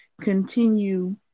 continue